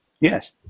Yes